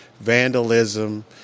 vandalism